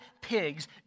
pigs